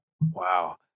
Wow